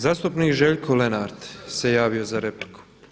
Zastupnik Željko Lenart se javio za repliku.